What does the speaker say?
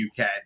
UK